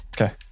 okay